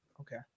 Okay